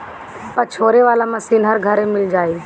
पछोरे वाला मशीन हर घरे मिल जाई